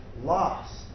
loss